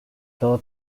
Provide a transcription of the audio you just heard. todo